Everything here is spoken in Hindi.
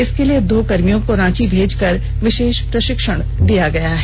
इसके लिए दो कर्मियों को रांची भेजकर विशेष प्रशिक्षण दिया गया है